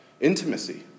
intimacy